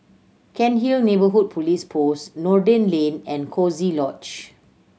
Cairnhill Neighbourhood Police Post Noordin Lane and Coziee Lodge